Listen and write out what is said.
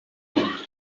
poder